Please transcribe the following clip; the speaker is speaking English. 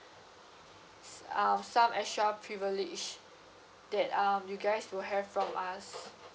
s~ uh some extra privilege that uh you guys will have from us